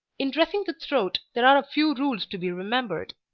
in dressing the throat there are a few rules to be remembered.